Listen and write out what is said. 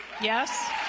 Yes